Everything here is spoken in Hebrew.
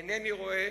אינני רואה,